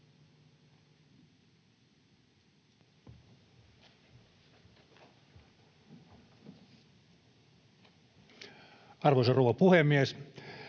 Arvoisa rouva puhemies!